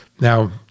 now